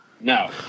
No